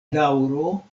daŭro